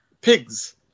pigs